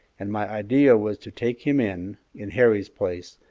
and my idea was to take him in, in harry's place,